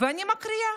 אני מקריאה